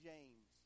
James